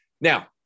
Now